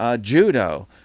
judo